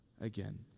again